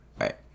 right